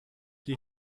die